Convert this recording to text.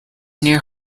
near